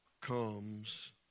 comes